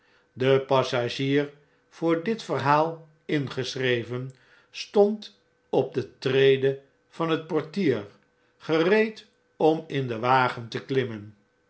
de passagier voor dit verhaal ingeschreven stond op de trede van het portier gereed om in den wagen te klimmen